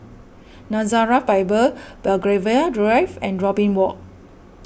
Nazareth Bible Belgravia Drive and Robin Walk